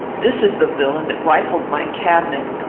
this is the villain that rifled my cabinet,